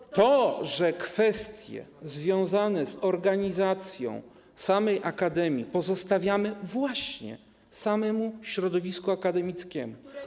Kwestie związane z organizacją samej akademii pozostawiamy właśnie samemu środowisku akademickiemu.